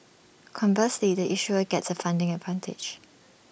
conversely the issuer gets A funding advantage